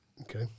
okay